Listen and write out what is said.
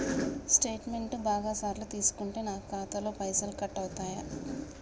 Statement బాగా సార్లు తీసుకుంటే నాకు ఖాతాలో పైసలు కట్ అవుతయా?